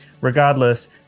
regardless